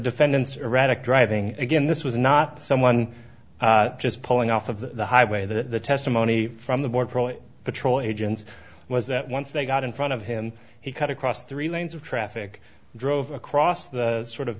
defendant's erratic driving again this was not someone just pulling off of the highway the testimony from the border patrol agents was that once they got in front of him he cut across three lanes of traffic drove across the sort of